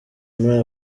muri